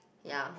ya